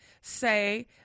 say